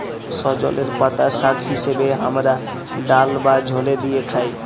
সজলের পাতা শাক হিসেবে হামরা ডাল বা ঝলে দিয়ে খাই